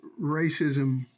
racism